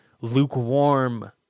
Lukewarm